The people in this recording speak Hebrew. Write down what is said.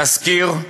נזכיר,